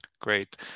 Great